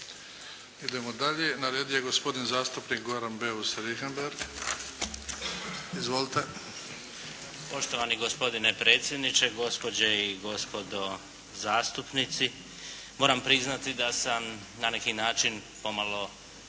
Idemo dalje. Na redu je gospodin zastupnik Goran Beus Richembergh. Izvolite. **Beus Richembergh, Goran (HNS)** Poštovani gospodine predsjedniče, gospođe i gospodo zastupnici. Moram priznati da sam na neki način pomalo